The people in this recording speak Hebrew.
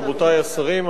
רבותי השרים,